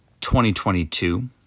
2022